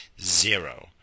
Zero